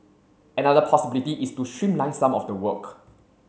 another possibility is to streamline some of the work